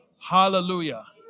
Hallelujah